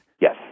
Yes